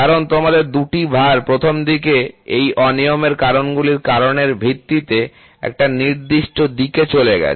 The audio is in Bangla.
কারণ তোমাদের 2 টি ভার প্রথম দিকে এই অনিয়মের কারণগুলির কারণের ভিত্তিতে একটি নির্দিষ্ট দিকে চলে গেছে